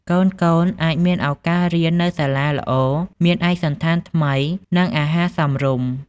កូនៗអាចមានឱកាសរៀននៅសាលាល្អ មានឯកសណ្ឋានថ្មី និងអាហារសមរម្យ។